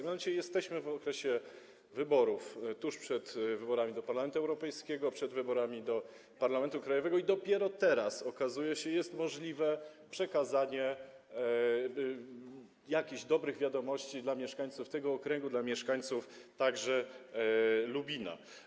Mianowicie jesteśmy w okresie wyborów, tuż przed wyborami do Parlamentu Europejskiego, przed wyborami do parlamentu krajowego i dopiero teraz, jak się okazuje, możliwe jest przekazanie jakichś dobrych wiadomości mieszkańcom tego okręgu, także mieszkańcom Lubina.